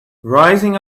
rising